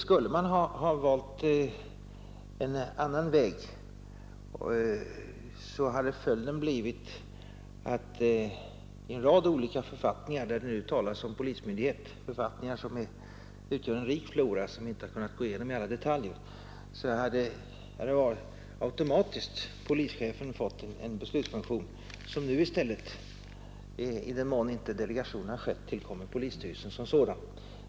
Skulle man ha valt en annan väg, så hade följden blivit att en rad olika författningar där det nu talas om polismyndighet — en rik flora som vi inte har kunnat gå igenom i alla detaljer — automatiskt skulle ha gett polischefen en beslutsfunktion, som nu i stället, i den mån inte delegation har skett, tillkommer polisstyrelsen som sådan.